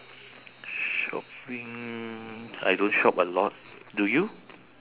shopping I don't shop a lot do you